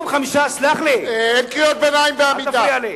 אין קריאות ביניים בעמידה.